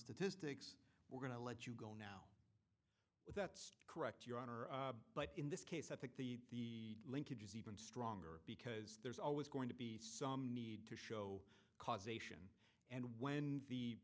statistics we're going to let you go that's correct your honor but in this case i think the linkage is even stronger because there's always going to be some need to show causation and when the